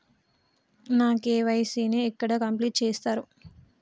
నా కే.వై.సీ ని ఎక్కడ కంప్లీట్ చేస్తరు?